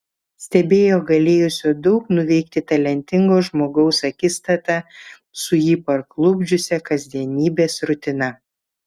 stebėjo galėjusio daug nuveikti talentingo žmogaus akistatą su jį parklupdžiusia kasdienybės rutina